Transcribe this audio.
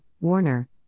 Warner